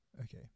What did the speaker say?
Okay